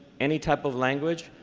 any type of language.